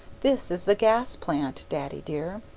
this is the gas plant, daddy dear.